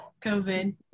COVID